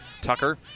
Tucker